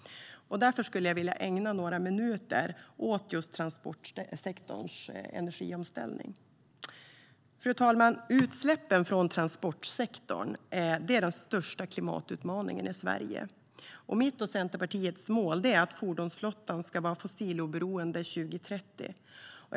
Jag vill därför ägna några minuter åt just transportsektorns energiomställning. Utsläppen från transportsektorn är den största klimatutmaningen i Sverige. Mitt och Centerpartiets mål är att fordonsflottan ska vara fossiloberoende 2030.